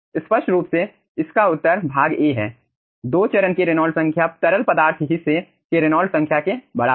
स्पष्ट रूप से इसका उत्तर भाग a है दो चरण के रेनॉल्ड्स संख्या तरल पदार्थ हिस्से के रेनॉल्ड्स संख्या के बराबर है